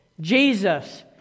Jesus